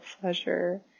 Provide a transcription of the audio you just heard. pleasure